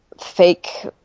fake